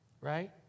Right